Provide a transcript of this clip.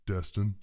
Destin